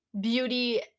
beauty